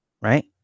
Right